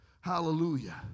Hallelujah